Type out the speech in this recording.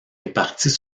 réparties